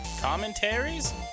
commentaries